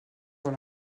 dans